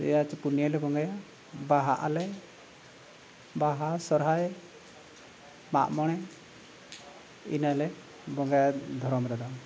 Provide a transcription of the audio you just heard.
ᱯᱮᱭᱟ ᱥᱮ ᱯᱩᱱᱭᱟᱹᱞᱮ ᱵᱚᱸᱜᱟᱭᱟ ᱵᱟᱦᱟᱜᱼᱟᱞᱮ ᱵᱟᱦᱟ ᱥᱚᱦᱨᱟᱭ ᱢᱟᱜᱼᱢᱚᱬᱮ ᱤᱱᱟᱹᱞᱮ ᱵᱚᱸᱜᱟᱭᱟ ᱫᱷᱚᱨᱚᱢ ᱨᱮᱫᱚ